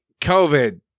COVID